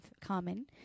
common